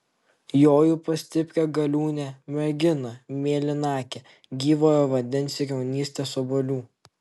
joju pas stiprią galiūnę merginą mėlynakę gyvojo vandens ir jaunystės obuolių